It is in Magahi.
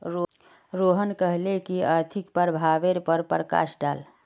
रोहन कहले की आर्थिक प्रभावेर पर प्रकाश डाल